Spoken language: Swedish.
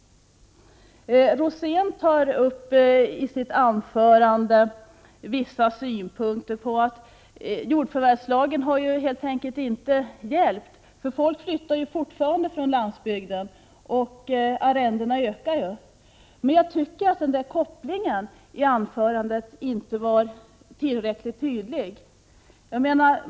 Rosén tar i sitt anförande upp vissa synpunkter på att jordförvärvslagen inte har hjälpt, utan folk flyttar fortfarande från landsbygden och arrendena ökar. Jag tycker inte att den kopplingen var tillräckligt tydlig.